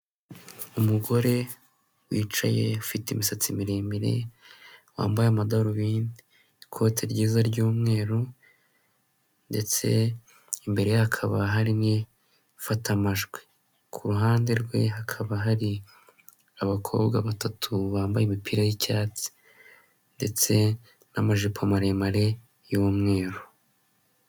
Umugore wicaye ufite imisatsi miremire wambaye amadarubindi, ikote ryiza ry'umweru, ndetse imbere ye hakaba hari n'ibifata amajwi. Ku ruhande rwe hakaba hari abakobwa batatu bambaye imipira y'icyatsi ndetse n'amajipo maremare y'umweru.